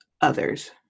others